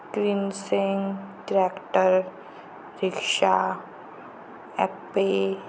किमसेन tractor rickshaw Ape